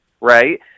right